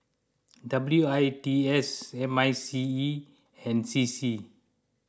W I T S M I C E and C C